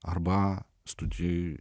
arba studijoj